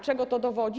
Czego to dowodzi?